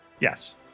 Yes